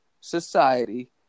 society